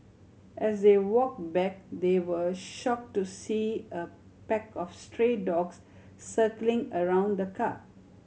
as they walk back they were shock to see a pack of stray dogs circling around the car